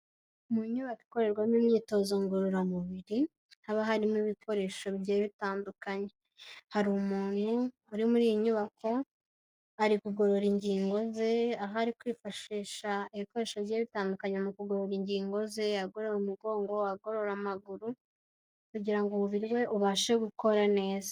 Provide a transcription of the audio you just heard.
Mu nyubako ikorerwamo imyitozo ngororamubiri, haba harimo ibikoresho bigiye bitandukanye, hari umuntu uri muri iyi nyubako ari kugorora ingingo ze, aho ari kwifashisha ibikoresho bigiye bitandukanye mu kugorora ingingo ze, agorora umugongo, agorora amaguru kugira ngo umubiri we ubashe gukora neza.